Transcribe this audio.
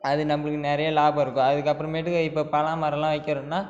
அது நம்மளுக்கு நிறைய லாபம் இருக்கும் அதுக்கப்பறமேட்டு இப்போ பலா மரம்லாம் வைக்கிறதுன்னா